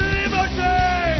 liberty